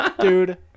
Dude